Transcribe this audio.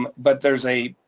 um but there's a.